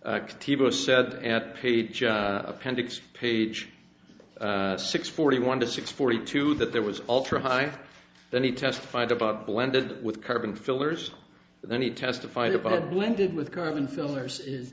at page appendix page six forty one to six forty two that there was ultra high that he testified about blended with carbon fillers and then he testified about a blended with carbon fillers is